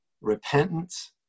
repentance